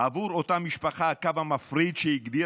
עבור אותה משפחה הקו המפריד שהגדירה